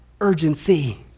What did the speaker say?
urgency